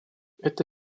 эта